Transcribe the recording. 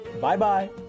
Bye-bye